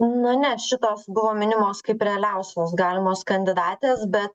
na ne šitos buvo minimos kaip realiausios galimos kandidatės bet